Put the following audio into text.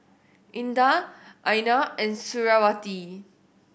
Indah Aina and Suriawati